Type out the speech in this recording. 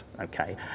okay